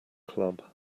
club